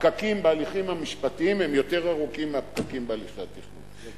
הפקקים בהליכים המשפטיים הם יותר ארוכים מהפקקים בהליכי התכנון.